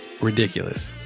ridiculous